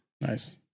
Nice